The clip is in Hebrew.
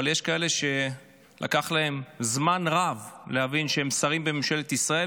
אבל יש כאלה שלקח להם זמן רב להבין שהם שרים בממשלת ישראל,